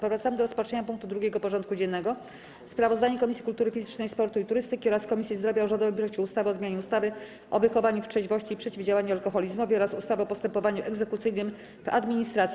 Powracamy do rozpatrzenia punktu 2. porządku dziennego: Sprawozdanie Komisji Kultury Fizycznej, Sportu i Turystyki oraz Komisji Zdrowia o rządowym projekcie ustawy o zmianie ustawy o wychowaniu w trzeźwości i przeciwdziałaniu alkoholizmowi oraz ustawy o postępowaniu egzekucyjnym w administracji.